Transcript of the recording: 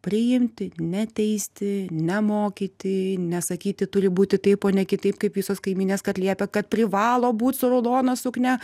priimti neteisti nemokyti nesakyti turi būti taip o ne kitaip kaip visos kaimynės kad liepia kad privalo būt su raudona suknia